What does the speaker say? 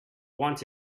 want